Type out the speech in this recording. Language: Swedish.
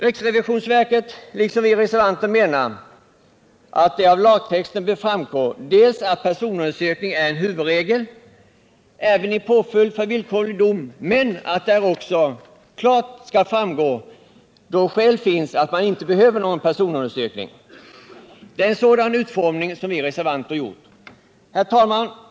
Riksrevisionsverket, liksom vi reservanter, menar att det av lagtexten bör framgå dels att personundersökning är en huvudregel även i påföljd för villkorlig dom, men att av lagtexten också klart skall framgå de skäl som kan föranleda att personundersökning inte behöver göras. Det är en sådan utformning vi reservanter gjort. Herr talman!